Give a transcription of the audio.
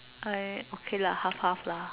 I okay lah half half lah